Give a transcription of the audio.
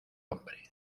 hombre